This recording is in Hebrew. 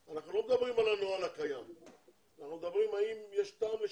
זו פשיטת רגל של המדינה אם עכשיו חברי כנסת וגורמים פרטיים צריכים